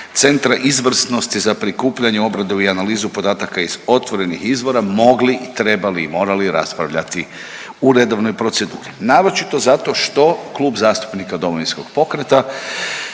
Centra izvrsnosti za prikupljanje, obradu i analizu podataka iz otvorenih izvora mogli i trebali i morali raspravljati u redovnoj proceduri. Naročito zašto što Klub zastupnika Domovinskog pokreta